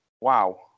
Wow